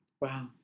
Wow